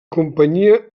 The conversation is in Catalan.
companyia